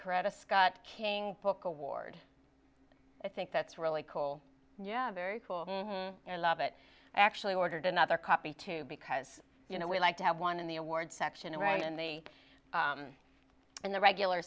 credit scott king book award i think that's really cool yeah very cool and i love it actually ordered another copy too because you know we like to have one in the award section right in the in the regular